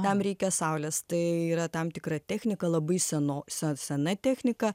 tam reikia saulės tai yra tam tikra technika labai seno se sena technika